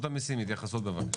רשות המסים, התייחסות, בבקשה.